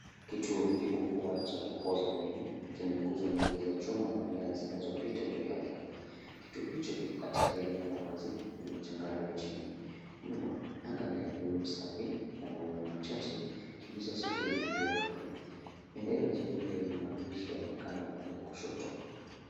Kituo kikubwa cha kupoza umeme chenye nguzo nyingi za chuma na nyaya zinazopita juu yake, kituo hicho kiko katika eneo la wazi lenye changarawe chini. Nyuma anga ni la buluu safi na mawingu machache ikionyesha siku yenye jua kali. Pendera jeupe yenye maandishi yaonekana upande wa kushoto.